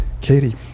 Katie